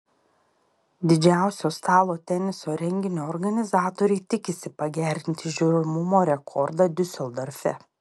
didžiausio stalo teniso renginio organizatoriai tikisi pagerinti žiūrimumo rekordą diuseldorfe